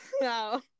No